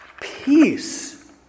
peace